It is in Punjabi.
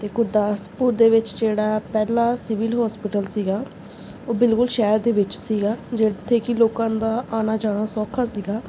ਅਤੇ ਗੁਰਦਾਸਪੁਰ ਦੇ ਵਿੱਚ ਜਿਹੜਾ ਪਹਿਲਾ ਸਿਵਲ ਹੋਸਪਿਟਲ ਸੀਗਾ ਉਹ ਬਿਲਕੁਲ ਸ਼ਹਿਰ ਦੇ ਵਿੱਚ ਸੀਗਾ ਜਿੱਥੇ ਕਿ ਲੋਕਾਂ ਦਾ ਆਉਣਾ ਜਾਣਾ ਸੌਖਾ ਸੀਗਾ